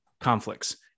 conflicts